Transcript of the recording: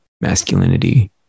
masculinity